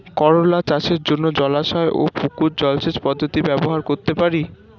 করোলা চাষের জন্য জলাশয় ও পুকুর জলসেচ পদ্ধতি ব্যবহার করতে পারি?